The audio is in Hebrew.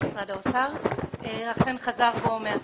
משרד האוצר אכן חזר בו מהסכמתו,